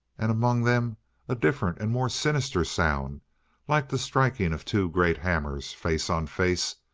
and among them a different and more sinister sound like the striking of two great hammers face on face,